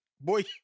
Boy